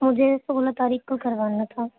مجھے سولہ تاریخ کو کروانا تھا